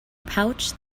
pouch